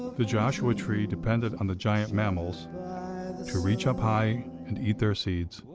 the joshua tree depended on the giant mammals to reach up high and eat their seeds,